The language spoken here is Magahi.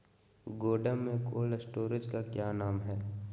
गोडम में कोल्ड स्टोरेज का क्या काम है?